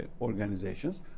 organizations